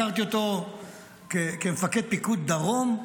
הכרתי אותו כמפקד פיקוד דרום,